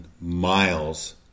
miles